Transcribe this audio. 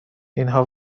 اینها